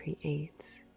creates